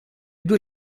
due